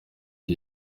iki